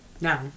No